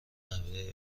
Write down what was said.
نحوه